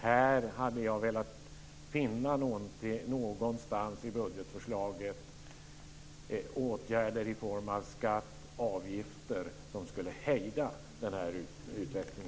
Jag hade någonstans i budgetförslaget velat finna åtgärder i form av skatter eller avgifter som skulle hejda denna utveckling.